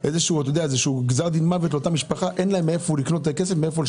זה גזר דין מוות לאותה משפחה שאין לה מאיפה לשלם שכירות.